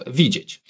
widzieć